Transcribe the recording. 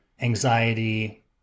anxiety